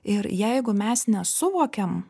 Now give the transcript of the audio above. ir jeigu mes nesuvokiam